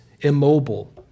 immobile